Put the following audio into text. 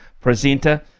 presenter